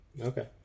Okay